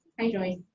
hi joyce.